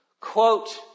quote